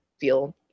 feel